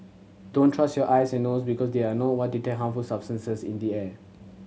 don't trust your eyes and nose because they are not what detect harmful substances in the air